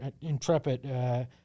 intrepid